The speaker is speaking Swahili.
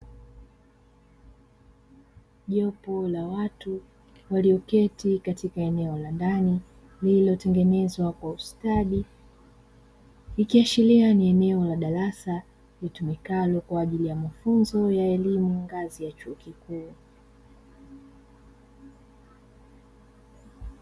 Jopo la watu walioketi katika eneo la ndani lililotengenezwa kwa ustadi. Ikiashiria ni eneo la darasa litumikalo kwa ajili ya mafunzo ya elimu ngazi ya chuo kikuu.